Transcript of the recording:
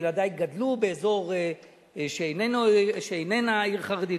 ילדי גדלו באזור שאיננו עיר חרדית.